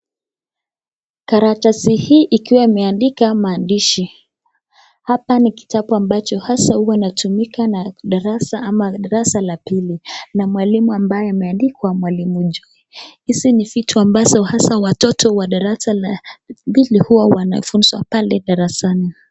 Karatasi hii ikiwa imeandikwa maandishi, hapa ni kitabu ambacho haswa huwa inatumika na darasa ama darasa la pili na mwalimu ambaye ameandikwa mwalimu Joy, hizi ni vitu ambazo haswa watoto wa darasa la pili huwa wanafunzwa pale darasani.